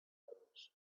hours